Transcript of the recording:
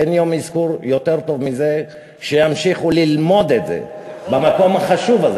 אין יום אזכור יותר טוב מזה שימשיכו ללמוד את זה במקום החשוב הזה